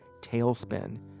tailspin